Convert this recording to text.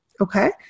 okay